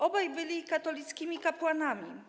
Obaj byli katolicki kapłanami.